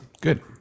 Good